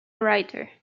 writer